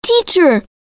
Teacher